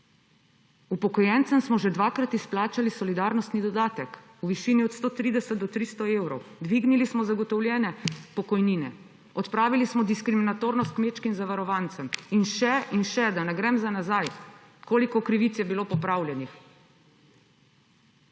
upokojencem smo že dvakrat izplačali solidarnostni dodatek v višini od 130 do 300 evrov, dvignili smo zagotovljene pokojnine, odpravili smo diskriminatornost kmečkim zavarovancem in še in še. Da ne grem za nazaj, koliko krivic je bilo popravljenih.